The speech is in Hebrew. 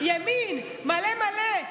ימין מלא מלא.